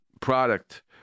product